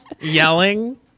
yelling